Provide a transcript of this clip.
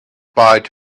back